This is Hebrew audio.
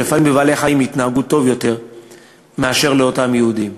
ולפעמים לבעלי-חיים התנהגו טוב יותר מאשר לאותם יהודים.